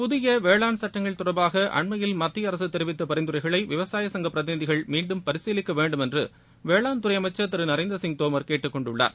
புதிய வேளான் சட்டங்கள் தொடர்பாக அண்மையில் மத்திய அரசு தெரிவித்த பரிந்துரைகளை விவசாய சங்கப் பிரதிநிதிகள் மீன்டும் பரிசீலிக்க வேண்டுமென்று வேளாண் துறை அமைச்சர் திரு நரேந்திரசிய் தோமர் கேட்டுக் கொண்டுள்ளார்